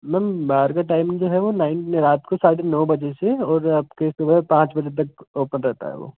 ma'am bar का time जो है वो नाइट में रात को साढ़े नौ बजे से और आपके सुबह पाँच बजे तक ओपन रहता है वह